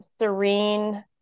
serene